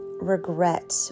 regret